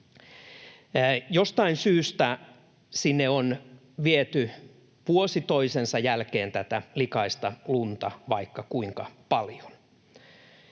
Jostain syystä sinne on viety vuosi toisensa jälkeen tätä likaista lunta vaikka kuinka paljon.